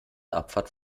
abfahrt